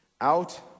out